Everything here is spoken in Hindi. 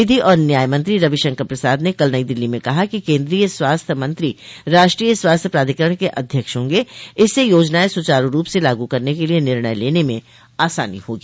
विधि और न्याय मंत्री रवि शंकर प्रसाद ने कल नई दिल्ली में कहा कि केन्द्रीय स्वास्थ्य मंत्री राष्ट्रीय स्वास्थ्य प्राधिकरण के अध्यक्ष होंगे इससे योजनाएं सुचारू ढंग से लागू करने के लिए निर्णय लेने में आसानी होगी